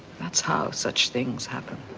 that's how such things happen.